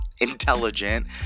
intelligent